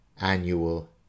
annual